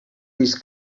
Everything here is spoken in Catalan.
disc